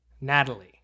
Natalie